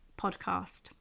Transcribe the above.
Podcast